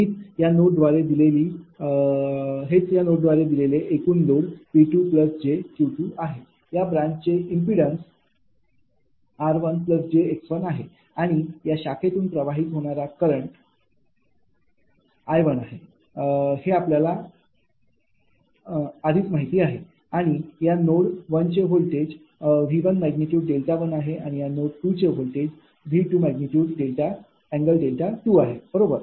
हीच या नोडद्वारे दिलेले एकूण लोड हे 𝑃𝑗𝑄आहे या ब्रांचचे इम्पिडन्स 𝑟𝑗𝑥 आहे आणि या शाखेतून प्रवाहित होणारा करंट विद्यमान 𝐼 आहे हे आपल्याला अधिक माहिती आहे आणि या नोड 1चे व्होल्टेज ।𝑉।∠𝛿1आहे आणि या नोड 2 चे व्होल्टेज ।𝑉।∠𝛿2आहे बरोबर